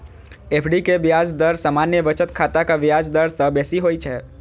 FD के ब्याज दर सामान्य बचत खाताक ब्याज दर सं बेसी होइ छै